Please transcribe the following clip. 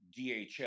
DHL